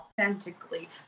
authentically